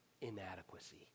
inadequacy